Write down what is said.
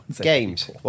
Games